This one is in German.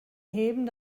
heben